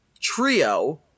trio